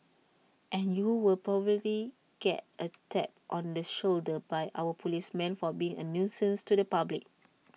and you will probably get A tap on the shoulder by our policemen for being A nuisance to the public